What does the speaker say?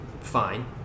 fine